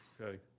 Okay